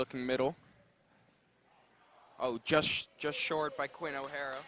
looking middle oh just just short by quinn o'hara